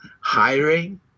hiring